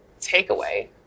takeaway